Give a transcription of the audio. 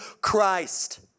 Christ